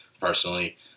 personally